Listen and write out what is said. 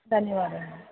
ధన్యవాదాలు